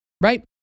right